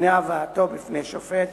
לפני הבאתו בפני שופט,